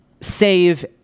save